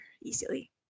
easily